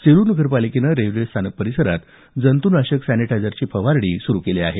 सेलू नगरपालिकेनं रेल्वे स्थानक परिसरात जंतुनाशक सॅनिटायझरची फवारणी सुरु केली आहे